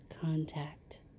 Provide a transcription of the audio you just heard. contact